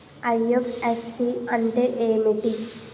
IFSC అంటే ఏమిటి?